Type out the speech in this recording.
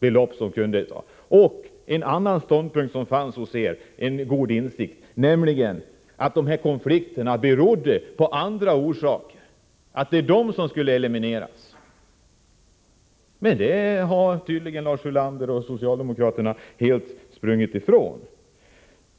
belopp som kunde utgå. Ni framförde tidigare även en annan ståndpunkt — som visar en god insikt — nämligen att dessa konflikter hade andra orsaker och att det var dessa som skulle elimineras. Men detta har tydligen Lars Ulander och socialdemokraterna helt sprungit ifrån.